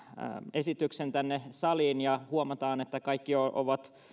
esityksen tänne saliin ja huomataan että kaikki ovat